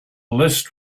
list